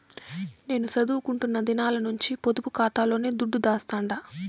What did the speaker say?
నేను సదువుకుంటున్న దినాల నుంచి పొదుపు కాతాలోనే దుడ్డు దాస్తండా